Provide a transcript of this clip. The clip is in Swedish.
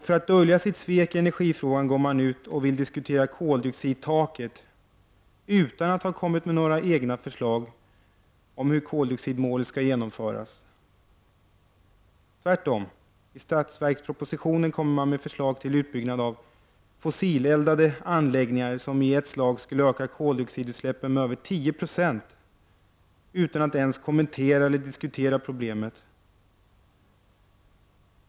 För att dölja sitt svek i energifrågan går man ut och vill diskutera koldioxidtaket utan att ha kommit med några egna förslag om hur koldioxidmålet skall genomföras. I budgetpropositionen kommer man i stället med förslag till utbyggnad av fossileldade anläggningar som i ett slag skulle öka koldioxidutsläppen med över 10 70, utan att ens kommentera eller diskutera problemet.